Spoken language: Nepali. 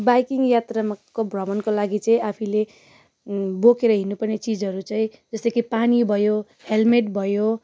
बाइकिङ यात्रामा भ्रमणको लागि चाहिँ आफूले बोकेर हिँड्नु पर्ने चिजहरू चाहिँ जस्तै पानी भयो हेलमेट भयो